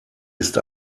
ist